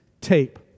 tape